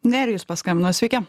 nerijus paskambino sveiki